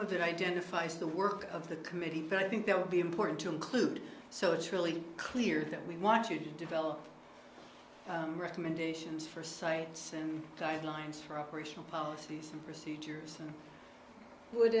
of that identifies the work of the committee and i think that would be important to include so it's really clear that we want to develop recommendations for cites and guidelines for operational policies and procedures would